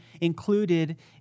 included